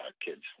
kids